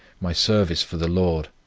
my service for the lord,